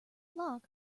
lock